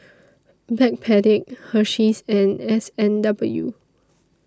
Backpedic Hersheys and S and W